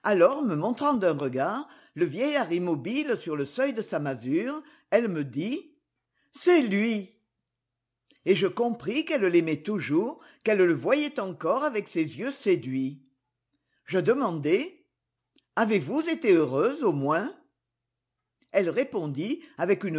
me montrant d'un regard le vieillard immobile sur le seuil de sa masure elle me dit c'est lui et je compris qu'elle l'aimait toujours qu'elle le voyait encore avec ses yeux séduits je demandai avez-vous été heureuse au moins elle répondit avec